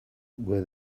were